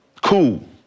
Cool